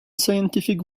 scientific